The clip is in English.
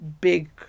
big